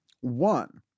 One